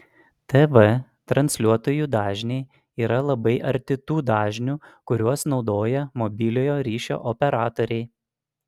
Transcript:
tv transliuotojų dažniai yra labai arti tų dažnių kuriuos naudoja mobiliojo ryšio operatoriai